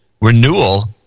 Renewal